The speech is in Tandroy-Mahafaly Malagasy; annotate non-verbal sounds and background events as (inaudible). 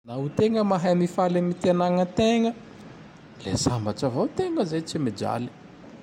(noise) Naho (noise) tegna (noise) mahay (noise) mifaly (noise) am ty (noise) anagnategna (noise) (noise) le (noise) sambats (noise) avao (noise) tegna (noise) zay (noise) tsy mijale. (noise)